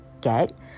get